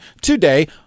today